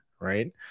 Right